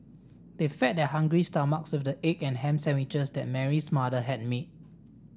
they fed their hungry stomachs with the egg and ham sandwiches that Mary's mother had made